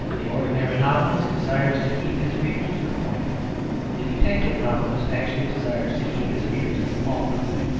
the ordinary novelist desires to keep his readers to the point the detective novelist actually desires to keep his readers off the point.